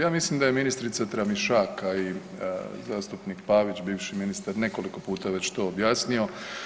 Ja mislim da je ministrica Tramišak, a i zastupnik Pavić bivši ministar nekoliko puta već to objasnio.